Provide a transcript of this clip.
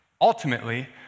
ultimately